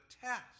test